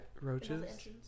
Roaches